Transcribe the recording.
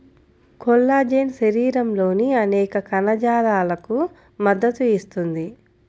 collagen శరీరంలోని అనేక కణజాలాలకు మద్దతు ఇస్తుంది